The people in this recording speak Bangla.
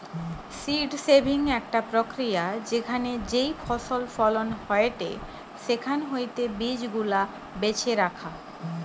সীড সেভিং একটা প্রক্রিয়া যেখানে যেই ফসল ফলন হয়েটে সেখান হইতে বীজ গুলা বেছে রাখা